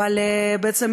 בעצם,